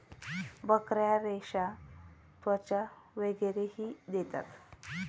बकऱ्या रेशा, त्वचा वगैरेही देतात